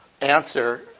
answer